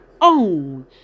own